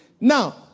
Now